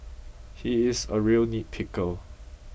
he is a real nitpicker